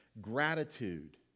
gratitude